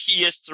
PS3